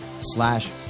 slash